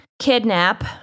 Kidnap